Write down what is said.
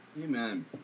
Amen